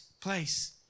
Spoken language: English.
place